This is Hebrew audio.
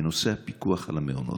בנושא הפיקוח על המעונות.